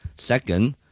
Second